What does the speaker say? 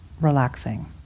relaxing